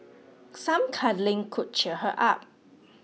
some cuddling could cheer her up